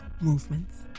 movements